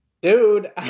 Dude